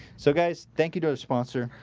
so guys thank you to the sponsor